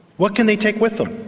what can they take with them?